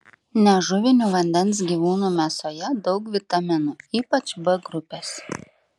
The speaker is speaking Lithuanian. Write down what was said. nežuvinių vandens gyvūnų mėsoje daug vitaminų ypač b grupės